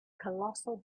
colossal